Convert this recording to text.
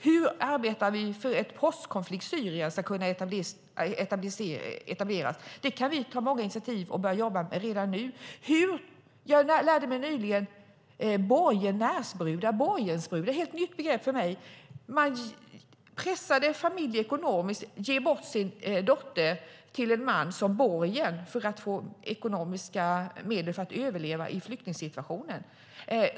Hur arbetar vi för att ett post-konflikt-Syrien ska etableras? Vi kan ta många initiativ och börja jobba med dessa frågor redan nu. Jag lärde mig nyligen att det finns borgensbrudar. Det är ett helt nytt begrepp för mig. Familjer pressas ekonomiskt att ge bort sina döttrar till män som borgen för att få ekonomiska medel att överleva i flyktingsituationen.